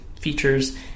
features